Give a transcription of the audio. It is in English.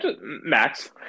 Max